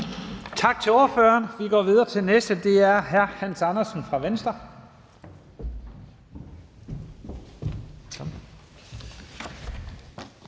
Tak til ordføreren. Vi går videre til den næste, og det er hr. Hans Andersen fra Venstre.